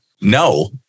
no